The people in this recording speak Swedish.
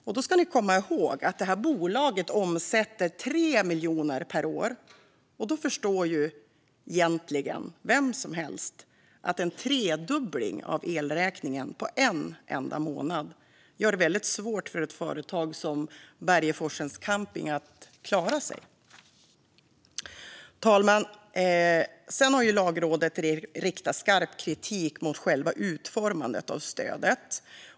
Och då ska ni komma ihåg att detta bolag omsätter 3 miljoner kronor per år. Då förstår egentligen vem som helst att en tredubbling av elräkningen på en enda månad gör det väldigt svårt för ett företag som Bergeforsparkens Camping att klara sig. Fru talman! Lagrådet har riktat skarp kritik mot själva utformningen av stödet.